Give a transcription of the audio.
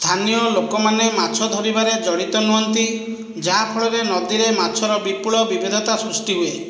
ସ୍ଥାନୀୟ ଲୋକମାନେ ମାଛ ଧରିବାରେ ଜଡ଼ିିତ ନୁହଁନ୍ତି ଯାହାଫଳରେ ନଦୀରେ ମାଛର ବିପୁଳ ବିବିଧତା ସୃଷ୍ଟି ହୁଏ